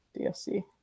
DSC